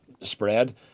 spread